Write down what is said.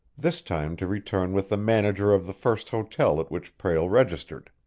this time to return with the manager of the first hotel at which prale registered.